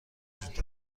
وجود